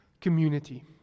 community